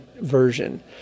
version